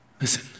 listen